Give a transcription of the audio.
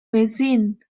within